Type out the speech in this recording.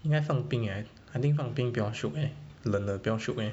应该放冰 eh I think 放冰比较 shiok eh 冷了比较 shiok eh